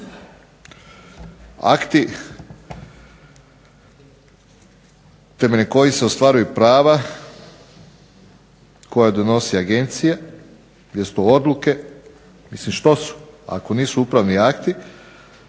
Akti temeljem kojih se ostvaruju prava koja donose agencije, mjesto odluke, mislim što su? Ako nisu upravni akti,